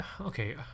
okay